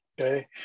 okay